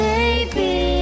Baby